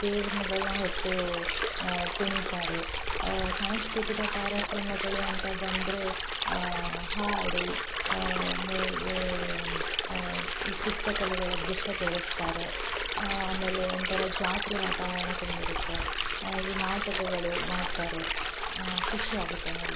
ದೇವ್ರುಗಳ್ನ ಹೊತ್ತು ಕುಣಿತಾರೆ ಸಾಂಸ್ಕೃತಿಕ ಕಾರ್ಯಕ್ರಮಗಳು ಅಂತ ಬಂದರೆ ಹಾಡು ಆಮೇಲೆ ಈ ಚಿತ್ರಕಲೆಗಳ ದೃಶ್ಯ ತೋರಿಸ್ತಾರೆ ಆಮೇಲೆ ಒಂಥರ ಜಾತ್ರೆ ವಾತಾವರಣ ತುಂಬಿರುತ್ತೆ ಈ ನಾಟಕಗಳು ಮಾಡ್ತಾರೆ ಖುಷಿಯಾಗುತ್ತೆ ನೋಡ್ಲಿಕೆ